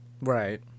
Right